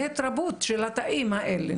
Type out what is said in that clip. זה התרבות של התאים האלה,